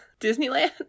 disneyland